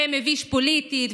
זה מביש פוליטית,